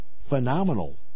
phenomenal